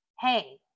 hey